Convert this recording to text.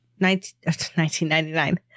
1999